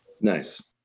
Nice